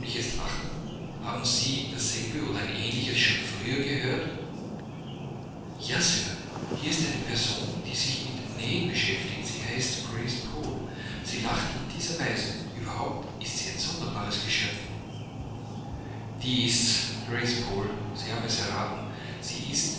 lachen haben sie dasselbe oder ein ähnliches schon früher gehört ja sir hier ist eine person die sich mit nähen beschäftigt sie heißt grace poole sie lacht in dieser weise überhaupt ist sie ein sonderbares geschöpf die ist's grace poole sie haben es erraten sie ist